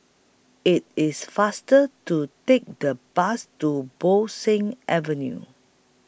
IT IS faster to Take The Bus to Bo Seng Avenue